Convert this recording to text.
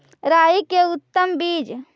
राई के उतम बिज?